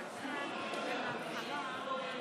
מאה אחוז.